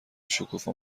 شکوفا